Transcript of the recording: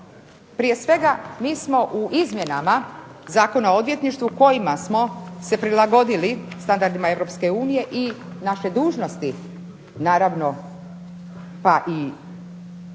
Prije svega mi smo u izmjenama Zakona o odvjetništvu kojima smo se prilagodili standardima Europske unije i naše dužnosti naravno pa i